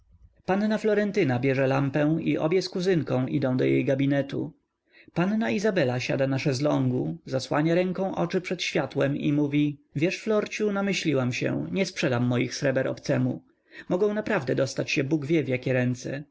majaczyło panna florentyna bierze lampę i obie z kuzynką idą do jej gabinetu panna izabela siada na szeslągu zasłania ręką oczy przed światłem i mówi wiesz florciu namyśliłam się nie sprzedam moich sreber obcemu mogą naprawdę dostać się bóg wie w jakie ręce